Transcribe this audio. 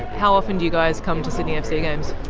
how often do you guys come to sydney fc games?